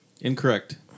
Incorrect